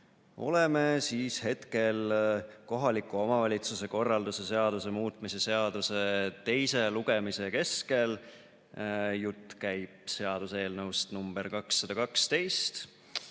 Oleme hetkel kohaliku omavalitsuse korralduse seaduse muutmise seaduse teise lugemise keskel. Jutt käib seaduseelnõust nr 212.